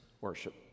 worship